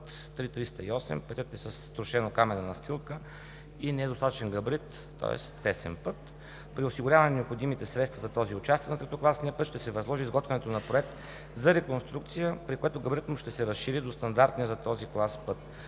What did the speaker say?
3-308 е с трошено-каменна настилка и недостатъчен габарит, тоест – тесен път. При осигуряване на необходимите средства за този участък на третокласния път ще се възложи изготвянето на проект за реконструкция, при което габаритът му ще се разшири до стандартния за този клас път.